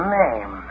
name